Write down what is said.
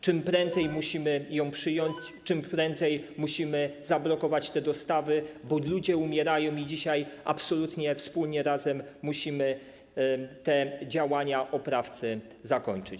Czym prędzej musimy przyjąć tę poprawkę, czym prędzej musimy zablokować te dostawy, bo ludzie umierają i dzisiaj absolutnie wspólnie razem musimy te działania oprawcy zakończyć.